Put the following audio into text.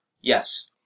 Yes